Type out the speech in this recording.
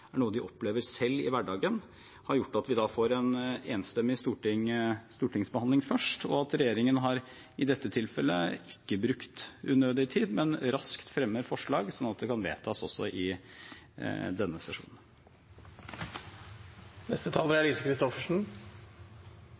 er noe de opplever selv i hverdagen, gjort at vi får en enstemmig stortingsbehandling først, og at regjeringen i dette tilfellet ikke har brukt unødig tid, men raskt fremmet forslag, sånn at det kan vedtas i denne sesjonen.